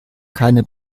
keine